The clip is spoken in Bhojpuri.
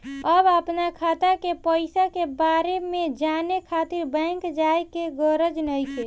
अब अपना खाता के पईसा के बारे में जाने खातिर बैंक जाए के गरज नइखे